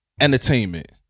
entertainment